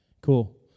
Cool